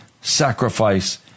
sacrifice